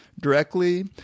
directly